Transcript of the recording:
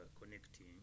connecting